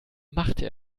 machte